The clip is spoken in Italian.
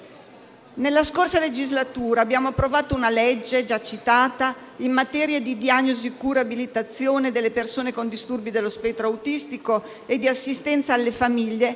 Nella scorsa legislatura abbiamo approvato una legge, già citata, in materia di diagnosi, cura e riabilitazione delle persone con disturbi dello spettro autistico e di assistenza alle famiglie.